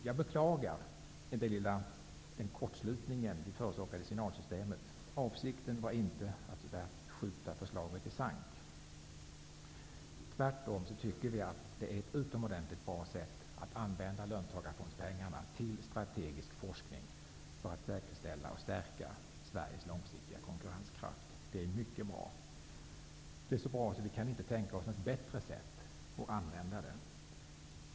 Jag beklagar den lilla kortslutning i signalsystemet som vi förorsakade. Avsikten var inte att skjuta förslaget i sank. Tvärtom tycker vi att det är utomordenligt bra att använda löntagarfondspengarna till strategisk forskning för att säkerställa och stärka Sveriges långsiktiga konkurrenskraft. Detta är alltså mycket bra, ja, så bra att vi inte kan tänka oss ett bättre sätt att använda medlen på.